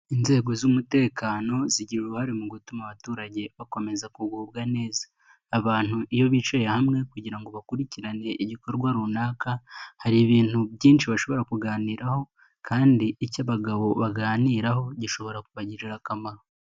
Inzego z'umutekano zigira uruhare mu gutuma abaturage bakomeza kugubwa neza, abantu iyo bicaye hamwe kugira ngo bakurikirane igikorwa runaka, hari ibintu byinshi bashobora kuganiraho kandi icyo abagabo baganiraho gishobora kubagirira akamaro.